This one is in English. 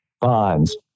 bonds